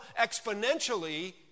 exponentially